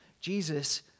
Jesus